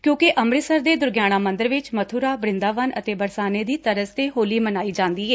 ਕਿਉਂਕਿ ਅਮ੍ਰਿਤਸਰੱ ਦੇ ਦੁਰਗਿਆਣਾ ਮੰਦਰ ਵਿੱਚ ਮਬੁਰਾ ਵਰਿਂਦਾਵਨ ਅਤੇ ਬਰਸਾਨੇ ਦੀ ਤਰਜ਼ 'ਤੇ ਹੋਲੀ ਮਨਾਈ ਜਾਂਦੀ ਏ